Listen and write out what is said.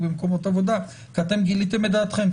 במקומות עבודה כי אתם גיליתם את דעתכם,